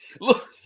Look